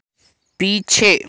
पीछे